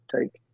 take